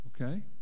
Okay